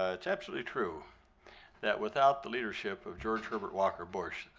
ah it's absolutely true that without the leadership of george herbert walker bush,